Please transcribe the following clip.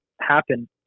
happen